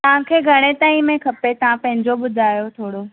तव्हांखे घणे टाइम में खपे तव्हां पंहिंजो ॿुधायो थोरो